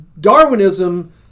Darwinism